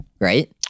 Right